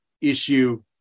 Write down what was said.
issue